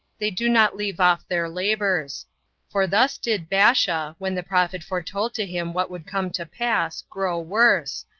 they do not leave off their labors for thus did baasha, when the prophet foretold to him what would come to pass, grow worse,